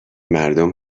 مردم